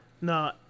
No